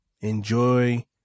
enjoy